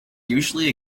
usually